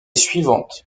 suivante